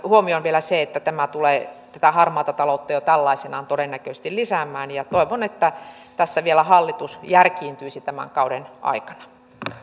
huomioon vielä se että tämä tulee harmaata taloutta jo tällaisenaan todennäköisesti lisäämään toivon että tässä vielä hallitus järkiintyisi tämän kauden aikana